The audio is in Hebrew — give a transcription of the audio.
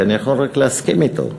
כי אני יכול רק להסכים אתו: